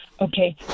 Okay